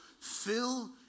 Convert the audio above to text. Fill